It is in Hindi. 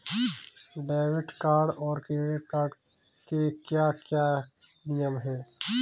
डेबिट कार्ड और क्रेडिट कार्ड के क्या क्या नियम हैं?